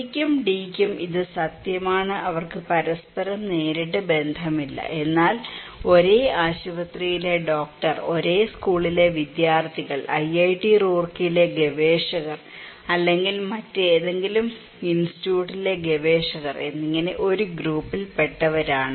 സിക്കും ഡിക്കും ഇത് സത്യമാണ് അവർക്ക് പരസ്പരം നേരിട്ട് ബന്ധമില്ല എന്നാൽ ഒരേ ആശുപത്രിയിലെ ഡോക്ടർ ഒരേ സ്കൂളിലെ വിദ്യാർത്ഥികൾ ഐഐടി റൂർക്കിയിലെ ഗവേഷകർ അല്ലെങ്കിൽ മറ്റേതെങ്കിലും ഇൻസ്റ്റിറ്റ്യൂട്ടിലെ ഗവേഷകർ എന്നിങ്ങനെ ഒരു ഗ്രൂപ്പിൽ പെട്ടവരാണ്